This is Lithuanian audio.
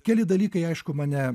keli dalykai aišku mane